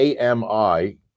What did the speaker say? AMI